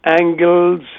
angles